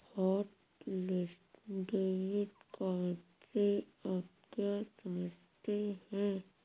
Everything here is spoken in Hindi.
हॉटलिस्ट डेबिट कार्ड से आप क्या समझते हैं?